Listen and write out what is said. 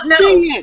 no